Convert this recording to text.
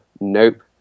nope